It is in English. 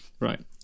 Right